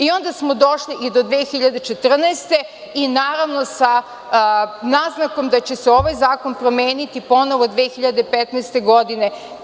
Onda smo došli i do 2014. godine i naravno sa naznakom da će se ovaj zakon promeniti ponovo 2015. godine.